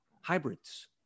hybrids